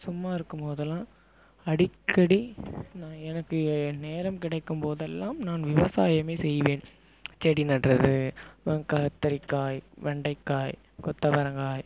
சும்மாருக்கும் போதெல்லாம் அடிக்கடி நான் எனக்கு நேரம் கிடைக்கும் போதெல்லாம் நான் விவசாயமே செய்வேன் செடி நடுறது கத்தரிக்காய் வெண்டைக்காய் கொத்தவரங்காய்